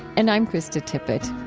and i'm krista tippett